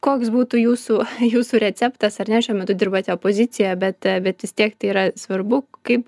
koks būtų jūsų jūsų receptas ar ne šiuo metu dirbate opozicijoj bet bet vis tiek tai yra svarbu kaip